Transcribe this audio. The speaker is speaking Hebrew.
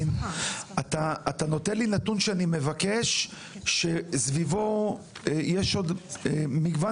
אתה נותן לי נתון שסביבו יש עוד מגוון